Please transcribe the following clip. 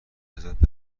ازت